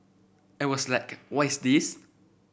I was like what is this